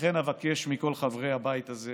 לכן אבקש מכל חברי הבית הזה